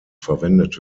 verwendet